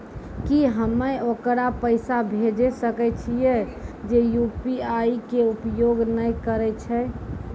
की हम्मय ओकरा पैसा भेजै सकय छियै जे यु.पी.आई के उपयोग नए करे छै?